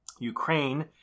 Ukraine